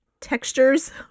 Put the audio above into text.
textures